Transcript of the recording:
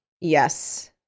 Yes